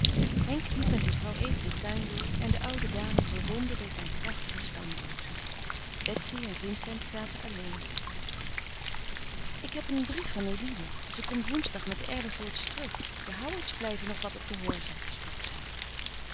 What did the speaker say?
henk liep met mevrouw even den tuin door en de oude dame bewonderde zijn prachtige stamrozen betsy en vincent zaten alleen ik heb een brief van eline ze komt woensdag met de erlevoorts terug de howards blijven nog wat op de horze sprak zij